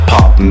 Pop